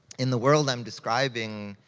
in the world i'm describing,